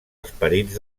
esperits